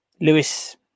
Lewis